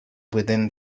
within